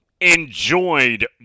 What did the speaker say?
enjoyed